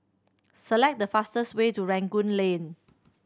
select the fastest way to Rangoon Lane